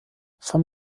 vom